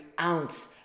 ounce